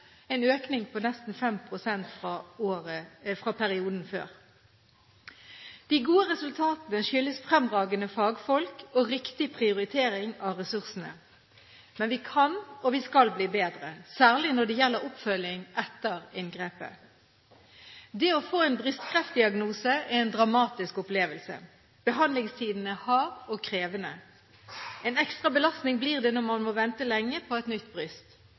en økning på nesten 5 pst. fra perioden før. De gode resultatene skyldes fremragende fagfolk og riktig prioritering av ressursene. Men vi kan – og vi skal – bli bedre, særlig når det gjelder oppfølging etter inngrepet. Det å få en brystkreftdiagnose er en dramatisk opplevelse. Behandlingstiden er hard og krevende. En ekstra belastning blir det når man må vente lenge på et nytt